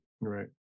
right